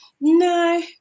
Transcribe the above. no